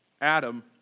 Adam